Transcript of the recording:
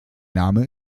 name